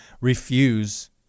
refuse